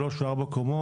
שלוש או ארבע קומות.